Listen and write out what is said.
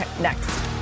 next